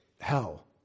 hell